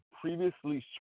previously